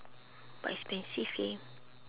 but expensive leh